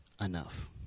enough